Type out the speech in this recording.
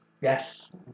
Yes